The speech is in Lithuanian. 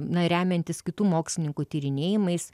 na remiantis kitų mokslininkų tyrinėjimais